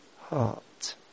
heart